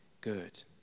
good